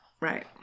Right